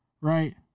right